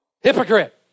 Hypocrite